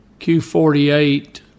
Q48